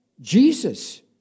Jesus